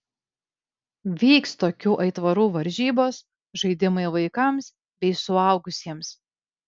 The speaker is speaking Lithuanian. vyks tokių aitvarų varžybos žaidimai vaikams bei suaugusiems